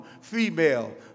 female